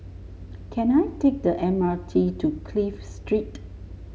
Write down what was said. can I take the M R T to Clive Street